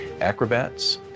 acrobats